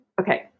Okay